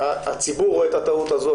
הציבור רואה את הטעות הזאת,